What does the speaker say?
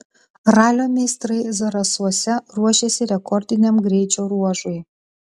ralio meistrai zarasuose ruošiasi rekordiniam greičio ruožui